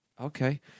okay